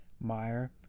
Meyer